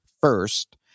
first